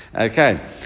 Okay